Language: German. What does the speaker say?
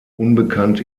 unbekannt